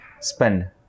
spend